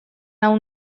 nau